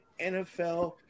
NFL